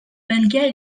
belge